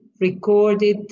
recorded